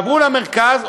תעברו למרכז,